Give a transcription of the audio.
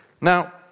Now